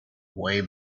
way